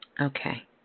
Okay